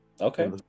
Okay